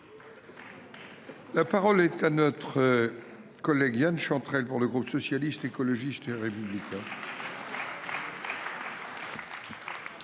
La parole est à M. Yan Chantrel, pour le groupe Socialiste, Écologiste et Républicain.